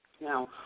Now